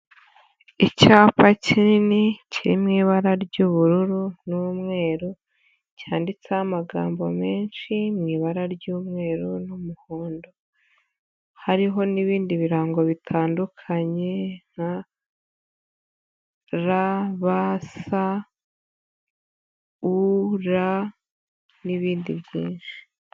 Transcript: Icyapa kinini kirimo ibara ry'ubururu n'umweru cyanditseho amagambo menshi mu ibara ry'umweru n'umuhondo, hariho n'ibindi birango bitandukanye nka r, b, s, u, r, n'ibindi byinshi.